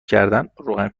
کردن، روغن